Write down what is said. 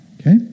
Okay